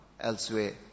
elsewhere